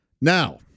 Now